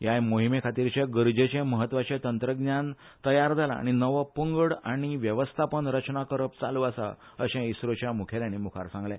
ह्या मोहिमेखातीरचे गरजेचे म्हत्वाचे तंत्रगिन्यान तयार जाला आनी नवो पंगड आनी व्यवस्थापन रचना करप चालु आसा अशेय इस्रोच्या मुखेल्यानी मुखार सांगले